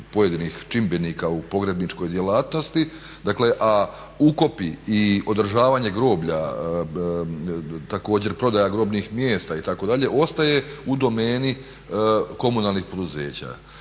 pojedinih čimbenika u pogrebničkoj djelatnosti, a ukopi i održavanje groblja također prodaja grobnih mjesta itd. ostaje u domeni komunalnih poduzeća.